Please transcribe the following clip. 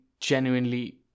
genuinely